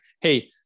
Hey